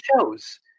shows